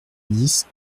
dix